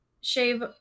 shave